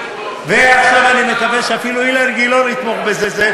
ועכשיו אני מקווה שאפילו אילן גילאון יתמוך בזה,